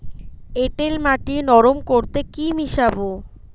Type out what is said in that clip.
এঁটেল মাটি নরম করতে কি মিশাব?